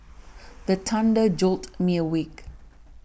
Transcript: the thunder jolt me awake